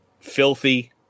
filthy